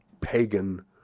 pagan